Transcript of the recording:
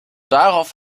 darauf